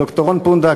ד"ר רון פונדק,